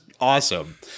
awesome